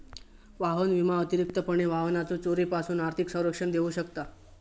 वाहन विमा अतिरिक्तपणे वाहनाच्यो चोरीपासून आर्थिक संरक्षण देऊ शकता